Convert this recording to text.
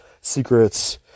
secrets